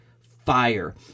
fire